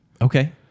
Okay